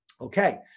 Okay